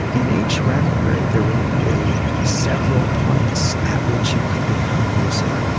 in each rem period there will be several points at which you could become lucid,